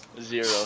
zero